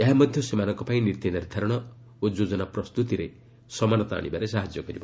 ଏହା ମଧ୍ୟ ସେମାନଙ୍କ ପାଇଁ ନୀତି ନିର୍ଦ୍ଧାରଣ ଓ ଯୋଜନା ପ୍ରସ୍ତୁତରେ ସମାନତା ଆଶିବାରେ ସାହାଯ୍ୟ କରିବ